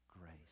grace